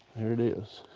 there it is,